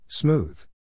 Smooth